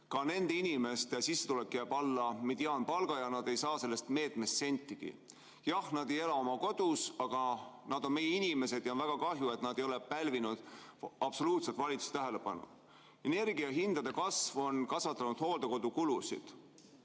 Ka nende inimeste sissetulek jääb alla mediaanpalga ja nad ei saa sellest meetmest sentigi. Jah, nad ei ela oma kodus, aga nad on meie inimesed ja on väga kahju, et nad ei ole absoluutselt pälvinud valitsuse tähelepanu. Energiahindade kasv on kasvatanud hooldekodude kulusid.